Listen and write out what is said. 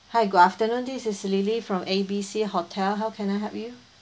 hi good afternoon this is lily from A B C hotel how can I help you